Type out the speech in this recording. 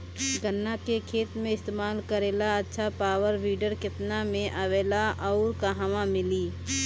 गन्ना के खेत में इस्तेमाल करेला अच्छा पावल वीडर केतना में आवेला अउर कहवा मिली?